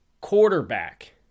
Quarterback